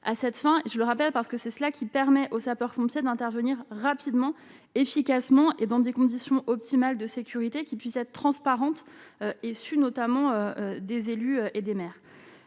à cette fin, je le rappelle, parce que c'est cela qui permet aux sapeurs-pompiers d'intervenir rapidement et efficacement et dans des conditions optimales de sécurité qui puisse être transparente et su notamment des élus et des maires,